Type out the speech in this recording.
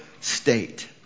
state